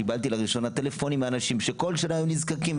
קיבלתי לראשונה טלפונים מאנשים שכל שנה היו נזקקים,